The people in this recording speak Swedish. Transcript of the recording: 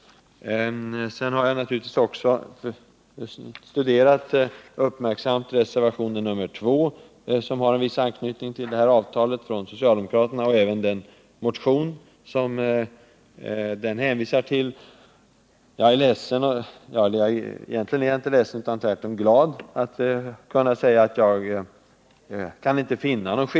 Jag har naturligtvis uppmärksamt studerat också den socialdemokratiska reservationen nr 2, som har en viss anknytning till det här avtalet, liksom den motion som reservationen hänvisar till. Jag kan inte finna att vi har olika uppfattning i sak i dessa hänseenden — och jag tycker givetvis att det är glädjande att kunna säga det.